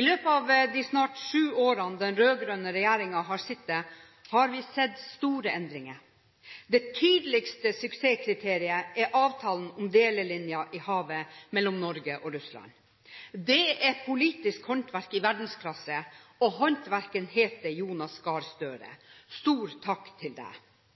I løpet av de snart sju årene den rød-grønne regjeringen har sittet, har vi sett store endringer. Det tydeligste suksesskriteriet er avtalen om delelinjen i havet mellom Norge og Russland. Det er politisk håndverk i verdensklasse, og håndverkeren heter Jonas Gahr Støre. Stor takk til ham! Vi ser også at det